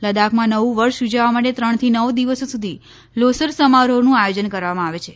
લદ્દાખમાં નવું વર્ષ ઉજવવા માટે ત્રણથી નવ દિવસ સુધી લોસર સમારોહનું આયોજન કરવામાં આવે છે